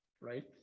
right